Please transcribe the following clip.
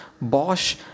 Bosch